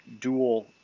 dual